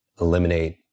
eliminate